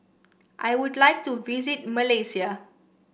I would like to visit Malaysia